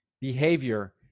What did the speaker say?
behavior